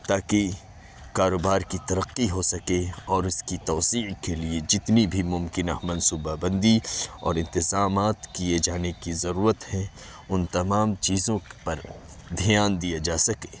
تاکہ کاروبار کی ترقی ہو سکے اور اس کی توسیع کے لیے جتنی بھی ممکنہ منصوبہ بندی اور انتظامات کیے جانے کی ضرورت ہے ان تمام چیزوں پر دھیان دیا جا سکے